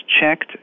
checked